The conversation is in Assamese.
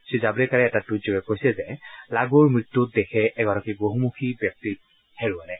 শ্ৰীজাৱড়েকাৰে এটা টুইটযোগে কৈছে যে লাগুৰ মৃত্যুত দেশে এগৰাকী বহুমুখী ব্যক্তিক হেৰুৱালে